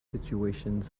situations